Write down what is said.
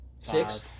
Six